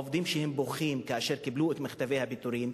עובדים שבכו כאשר קיבלו את מכתבי הפיטורים,